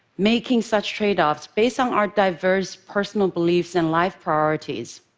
making such trade-offs based on our diverse personal beliefs and life priorities.